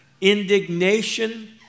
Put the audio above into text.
indignation